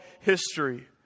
history